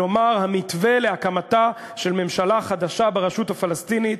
כלומר המתווה להקמתה של ממשלה חדשה ברשות הפלסטינית.